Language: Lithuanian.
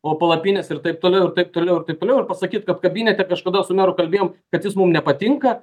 o palapinės ir taip toliau ir taip toliau ir taip toliau ir pasakyt kad kabinete kažkada su meru kalbėjom kad jis mum nepatinka